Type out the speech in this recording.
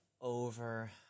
over